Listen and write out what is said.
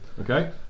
okay